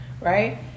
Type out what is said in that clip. right